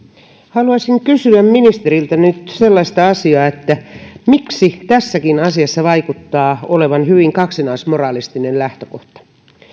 haluaisin kysyä ministeriltä nyt sellaista asiaa että miksi tässäkin asiassa vaikuttaa olevan hyvin kaksinaismoralistinen lähtökohta